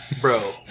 bro